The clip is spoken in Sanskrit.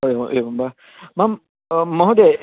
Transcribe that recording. एव एव एवं वा मां महोदय